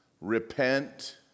repent